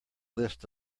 list